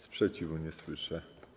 Sprzeciwu nie słyszę.